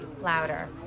louder